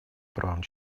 правам